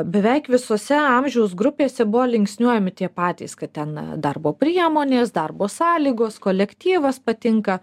beveik visose amžiaus grupėse buvo linksniuojami tie patys kad ten darbo priemonės darbo sąlygos kolektyvas patinka